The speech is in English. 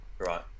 Right